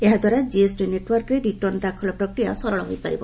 ଏହାଦ୍ୱାରା କିଏସ୍ଟି ନେଟ୍ୱର୍କରେ ରିଟର୍ଣ୍ଣ ଦାଖଲ ପ୍ରକ୍ରିୟା ସରଳ ହୋଇପାରିବ